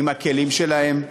עם הכלים שלהם,